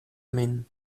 min